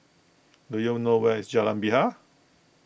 do you know where is Jalan Bilal